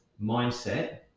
mindset